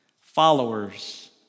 Followers